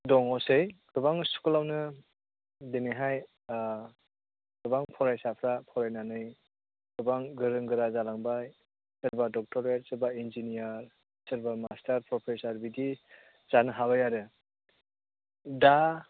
दङसै गोबां स्कुलआवनो दिनैहाय गोबां फरायसाफ्रा फरायनानै गोबां गोरों गोरा जालांबाय सोरबा डक्ट'रेट सोरबा इन्जिनियार सोरबा मास्टार प्रफेसार बिदि जानो हाबाय आरो दा